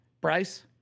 Bryce